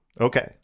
Okay